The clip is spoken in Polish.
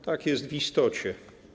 Tak jest w istocie.